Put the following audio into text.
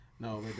No